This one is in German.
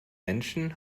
menschen